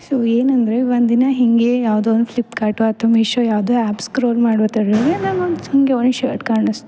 so ಏನಂದರೆ ಒಂದು ದಿನ ಹಿಂಗೇ ಯಾವುದೋ ಒಂದು ಫ್ಲಿಪ್ಕಾರ್ಟೋ ಅಥ್ವ ಮೀಶೋ ಯಾವುದೊ ಆ್ಯಪ್ ಸ್ಕ್ರೋಲ್ ಮಾಡ್ವತೆಗೆನೇ ನಂಗೆ ಒಂದು ಹಂಗೇ ಒಂದು ಶರ್ಟ್ ಕಾಣಿಸ್ತು